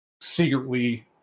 secretly